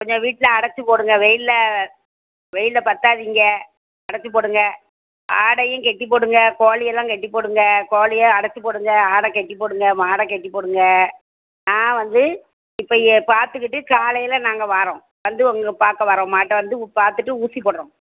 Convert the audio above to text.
கொஞ்சம் வீட்டில அடைச்சி போடுங்கள் வெயில்ல வெயில்ல பத்தாதிங்க அடைச்சி போடுங்கள் ஆடையும் கட்டி போடுங்கள் கோழி எல்லாம் கட்டி போடுங்கள் கோழியை அடைச்சி போடுங்கள் ஆடை கட்டி போடுங்கள் மாடை கட்டி போடுங்கள் நான் வந்து இப்போ பார்த்துகிட்டு காலையில் நாங்கள் வாரோம் வந்து உங்க பார்க்க வரோம் மாட்டை வந்து பார்த்துட்டு ஊசி போடுகிறோம்